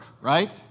right